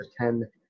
ten